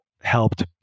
helped